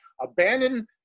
abandon